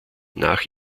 nach